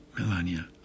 Melania